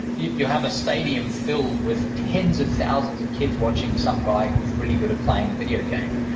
you you have a stadium filled with tens of thousands of kids watching some guy who's really good at playing a video game.